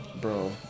Bro